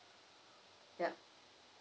ya